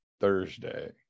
thursday